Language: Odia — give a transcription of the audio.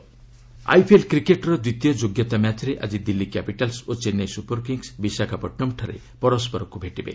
ଆଇପିଏଲ୍ ଆଇପିଏଲ୍ କ୍ରିକେଟ୍ର ଦ୍ୱିତୀୟ ଯୋଗ୍ୟତା ମ୍ୟାଚ୍ରେ ଆଜି ଦିଲ୍ଲୀ କ୍ୟାପିଟାଲ୍ୱ ଓ ଚେନ୍ନାଇ ସୁପରକିଙ୍ଗସ୍ ବିଶାଖାପଟନମ୍ଠାରେ ପରସ୍କରକୁ ଭେଟିବେ